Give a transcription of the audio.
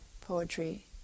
poetry